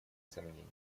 сомнений